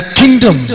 kingdom